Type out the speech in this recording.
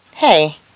Hey